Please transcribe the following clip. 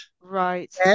Right